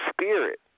spirit